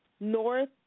North